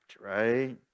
right